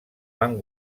van